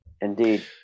Indeed